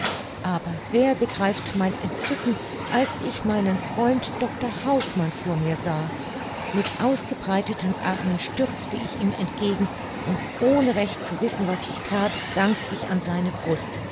aber wer begreift mein entzücken als ich meinen freund dr hausmann vor mir sah mit ausgebreiteten armen stürzte ich ihm entgegen und ohne recht zu wissen was ich that sank ich an seine brust